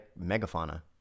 megafauna